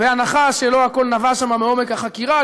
בהנחה שלא הכול נבע שם מעומק החקירה,